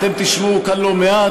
אתם תשמעו כאן לא מעט.